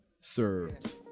served